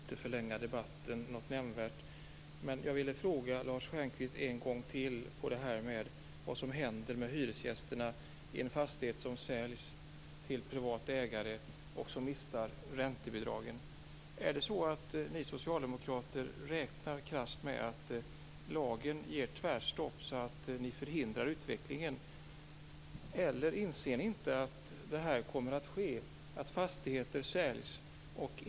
Fru talman! Jag tänker inte förlänga debatten något nämnvärt, men jag vill fråga Lars Stjernkvist en gång till om det här med vad som händer med hyresgästerna i en fastighet som säljs till privata ägare och som mister räntebidragen. Är det så att ni socialdemokrater räknar krasst med att lagen ger tvärstopp så att ni förhindrar utvecklingen? Eller inser ni inte att det här kommer att ske; att fastigheter kommer att säljas?